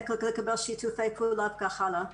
איך לקבל שיתופי פעולה וכך הלאה.